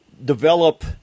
develop